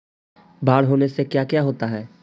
बाढ़ होने से का क्या होता है?